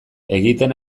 egiten